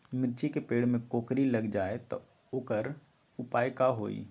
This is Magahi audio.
मिर्ची के पेड़ में कोकरी लग जाये त वोकर उपाय का होई?